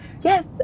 Yes